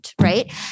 right